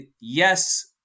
yes